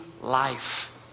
Life